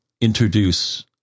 introduce